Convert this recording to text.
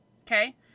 Okay